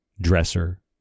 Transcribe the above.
dresser